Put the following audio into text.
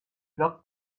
flockt